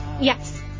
Yes